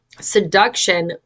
Seduction